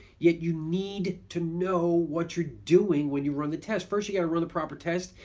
yet you need to know what you're doing when you run the test. first you gotta run the proper tests,